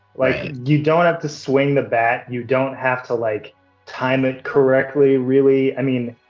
like you don't have to swing the bat, you don't have to like time it correctly really. i mean,